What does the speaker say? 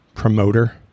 promoter